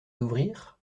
d’ouvrir